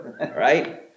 right